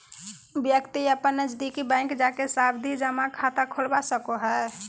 व्यक्ति अपन नजदीकी बैंक जाके सावधि जमा खाता खोलवा सको हय